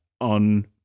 on